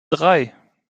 drei